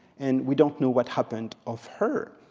and we don't know what happened of her.